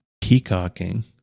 peacocking